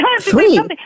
Three